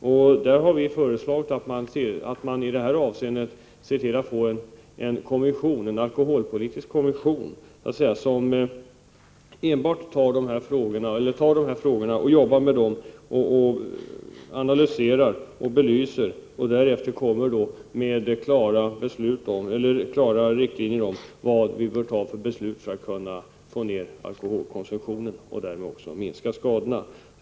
Vi har föreslagit att man tillsätter en alkoholpolitisk kommission som analyserar och belyser de här frågorna och därefter lägger fram riktlinjer för de beslut vi behöver fatta för att få ner alkoholkonsumtionen och därmed också minska skadorna.